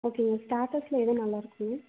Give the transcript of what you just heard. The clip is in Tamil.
ஓகேங்க ஸ்டாட்டர்ஸில் எது நல்லாயிருக்குங்க